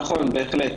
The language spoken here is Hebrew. נכון, בהחלט.